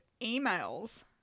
emails